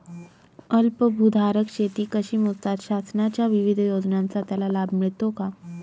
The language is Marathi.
अल्पभूधारक शेती कशी मोजतात? शासनाच्या विविध योजनांचा त्याला लाभ मिळतो का?